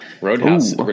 Roadhouse